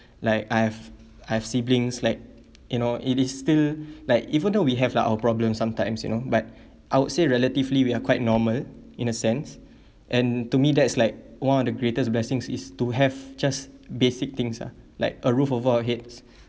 like I've I've siblings like you know it is still like even though we have like our problems sometimes you know but I would say relatively we are quite normal in a sense and to me that's like one of the greatest blessings is to have just basic things ah like a roof over our heads